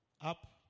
up